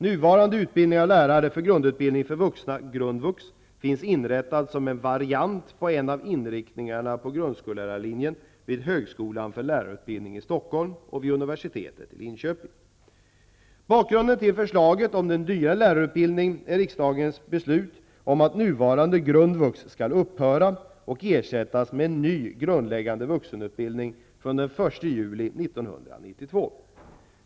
Nuvarande utbildning av lärare för grundutbildning för vuxna, grundvux, finns inrättad som en variant på en av inriktningarna på grundskollärarlinjen vid högskolan för lärarutbildning i Stockholm och vid universitetet i Bakgrunden till förslaget om den nya lärarutbildningen är riksdagens beslut om att nuvarande grundvux skall upphöra och ersättas av en ny grundläggande vuxenutbildning från den 1 juli 1992.